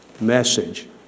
message